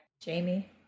Jamie